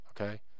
okay